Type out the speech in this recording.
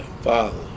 father